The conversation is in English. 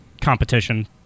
competition